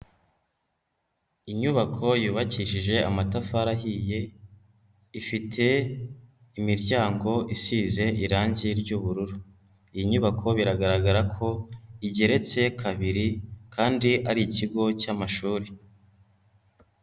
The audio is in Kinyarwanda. Inyubako yubakishije amatafari ahiye, ifite imiryango isize irangi ry'ubururu, iyi nyubako biragaragara ko igeretse kabiri kandi ari ikigo cy'amashuri.